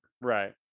Right